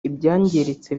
ibyangiritse